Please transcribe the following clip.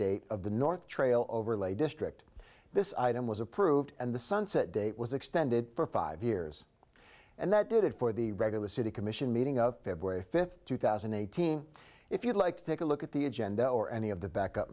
date of the north trail overlay district this item was approved and the sunset date was extended for five years and that did it for the regular city commission meeting of february fifth two thousand and eighteen if you'd like to take a look at the agenda or any of the back up